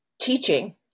teaching